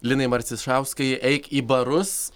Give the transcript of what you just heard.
linai marcišauskai eik į barus